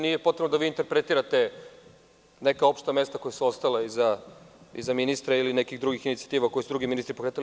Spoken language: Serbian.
Nije potrebno da interpretirate neka opšta mesta koja su ostala iza ministra ili nekih drugih inicijativa koje su neki drugi ministri pokretali.